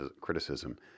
criticism